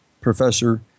professor